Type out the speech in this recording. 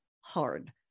hard